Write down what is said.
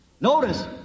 Notice